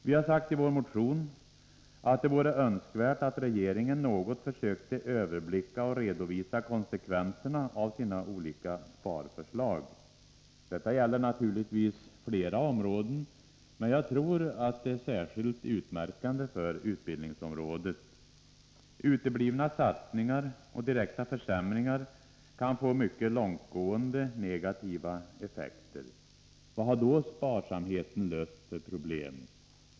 Vi har sagt i vår motion att det vore önskvärt att regeringen något försökte överblicka och redovisa konsekvenserna av sina olika sparförslag. Detta gäller naturligtvis flera områden, men jag tror det är särskilt utmärkande för utbildningsområdet. Uteblivna satsningar och direkta försämringar kan få mycket långtgående negativa effekter. Vad har då sparsamheten löst för problem?